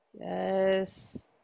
Yes